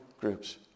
groups